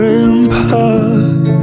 empire